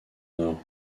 nord